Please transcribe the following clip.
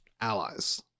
allies